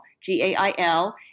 g-a-i-l